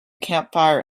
campfire